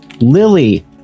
Lily